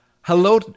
Hello